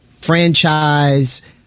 franchise